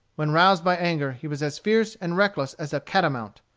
when roused by anger, he was as fierce and reckless as a catamount.